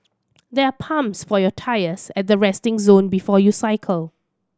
there are pumps for your tyres at the resting zone before you cycle